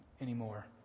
anymore